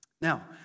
Now